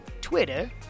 Twitter